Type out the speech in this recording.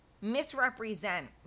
misrepresent